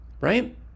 right